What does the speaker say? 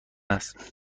است